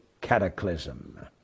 cataclysm